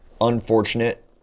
unfortunate